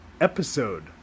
episode